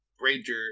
ranger